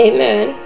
Amen